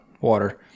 water